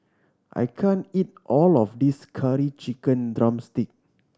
I can't eat all of this Curry Chicken drumstick